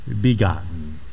begotten